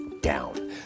down